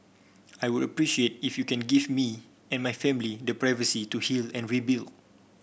I would appreciate if you can give me and my family the privacy to heal and rebuild